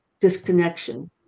disconnection